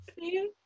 See